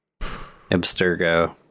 Abstergo